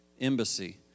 embassy